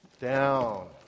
down